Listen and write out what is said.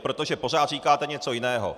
Protože pořád říkáte něco jiného.